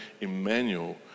Emmanuel